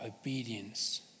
obedience